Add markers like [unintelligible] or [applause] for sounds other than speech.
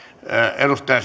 edustaja [unintelligible]